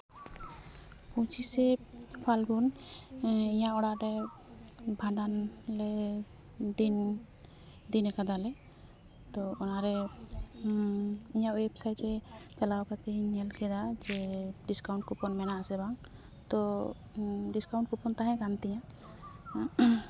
ᱯᱚᱸᱪᱤᱥᱮ ᱯᱷᱟᱞᱜᱩᱱ ᱤᱧᱟᱹᱜ ᱚᱟᱜ ᱨᱮ ᱵᱷᱟᱸᱰᱟᱱ ᱞᱮ ᱫᱤᱱ ᱫᱤᱱ ᱠᱟᱫᱟᱞᱮ ᱛᱚ ᱚᱱᱟ ᱨᱮ ᱤᱧᱟᱹᱜ ᱚᱭᱮᱵᱥᱟᱭᱤᱴ ᱨᱮ ᱪᱟᱞᱟᱣ ᱠᱟᱛᱮᱧ ᱧᱮᱞ ᱠᱮᱫᱟ ᱡᱮ ᱰᱤᱥᱠᱟᱣᱩᱱᱴ ᱠᱩᱯᱚᱱ ᱢᱮᱱᱟᱜ ᱟᱥᱮ ᱵᱟᱝ ᱛᱚ ᱰᱤᱥᱠᱟᱣᱩᱱᱴ ᱠᱩᱯᱚᱱ ᱛᱟᱦᱮᱸ ᱠᱟᱱ ᱛᱤᱧᱟᱹ